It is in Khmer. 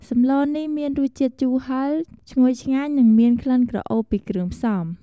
សម្លនេះមានរសជាតិជូរហិរ ឈ្ងុយឆ្ងាញ់ និងមានក្លិនក្រអូបពីគ្រឿងផ្សំ។